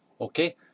Okay